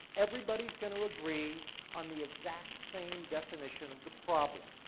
everybody's gotta agree on the exact same definition of the problem.